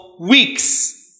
Weeks